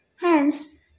Hence